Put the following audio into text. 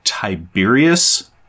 Tiberius